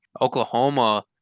Oklahoma